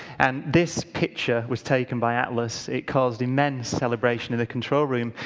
and this picture was taken by atlas. it caused immense celebration in the control room.